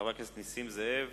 חבר הכנסת נסים זאב,